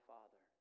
Father